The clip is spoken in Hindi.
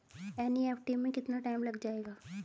एन.ई.एफ.टी में कितना टाइम लग जाएगा?